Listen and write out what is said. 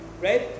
right